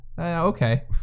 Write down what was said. Okay